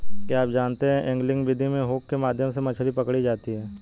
क्या आप जानते है एंगलिंग विधि में हुक के माध्यम से मछली पकड़ी जाती है